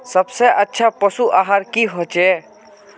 सबसे अच्छा पशु आहार की होचए?